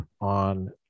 on